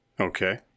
okay